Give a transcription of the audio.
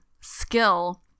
skill